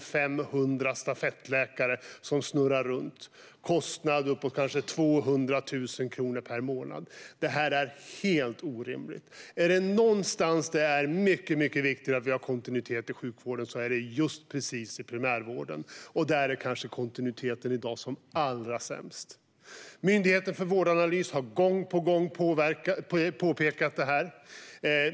500 stafettläkare, som snurrar runt. Det blir lönekostnader på kanske 200 000 kronor per månad, vilket är helt orimligt. Är det någonstans det är mycket viktigt att vi har kontinuitet inom sjukvården är det just i primärvården. Där är kontinuiteten i dag kanske som allra sämst. Myndigheten för vårdanalys har gång på gång påpekat detta.